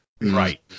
Right